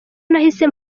nahise